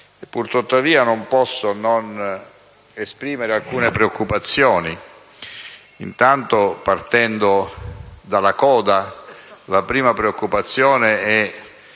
Purtuttavia, non posso non esprimere alcune preoccupazioni. Partendo dalla coda, la prima preoccupazione è